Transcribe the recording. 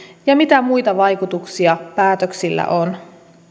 ja mitä muita vaikutuksia päätöksillä on